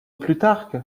plutarque